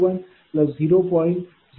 00755220